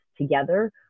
together